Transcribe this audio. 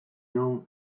known